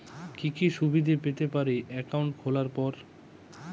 কি কি সুবিধে পেতে পারি একাউন্ট খোলার পর?